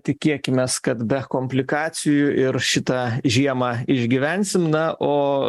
tikėkimės kad be komplikacijų ir šitą žiemą išgyvensim na o